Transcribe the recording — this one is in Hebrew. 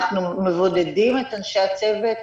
אנחנו מבודדים את אנשי הצוות.